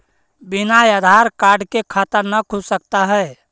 बिना आधार कार्ड के खाता न खुल सकता है?